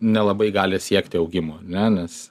nelabai gali siekti augimo ar ne nes